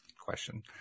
Question